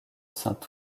saint